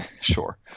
Sure